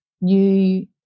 new